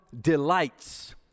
delights